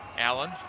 Allen